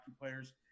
players